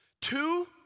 Two